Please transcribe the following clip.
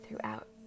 throughout